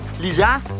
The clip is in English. Lisa